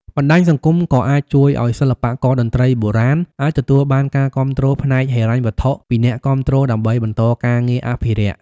បណ្ដាញសង្គមក៏អាចជួយឲ្យសិល្បករតន្ត្រីបុរាណអាចទទួលបានការគាំទ្រផ្នែកហិរញ្ញវត្ថុពីអ្នកគាំទ្រដើម្បីបន្តការងារអភិរក្ស។